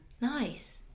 Nice